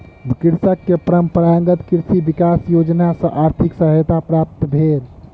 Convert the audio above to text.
कृषक के परंपरागत कृषि विकास योजना सॅ आर्थिक सहायता प्राप्त भेल